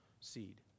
seed